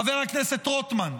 חבר הכנסת רוטמן.